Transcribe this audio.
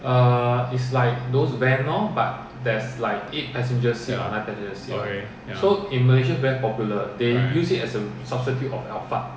ya okay ya